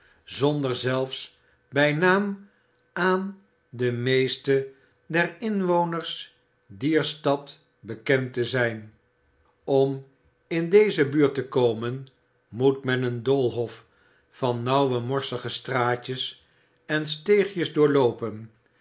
zonder zelfs bij naam aan de meeste der inwoners dier stad bekend te zijn om in deze buurt te komen moet men een doolhof van nauwe morsige straatjes en steegjes doorloopen